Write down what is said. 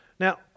Now